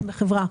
בחברה.